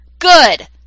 good